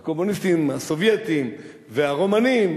הקומוניסטים הסובייטים והרומנים,